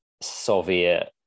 Soviet